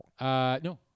no